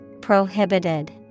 prohibited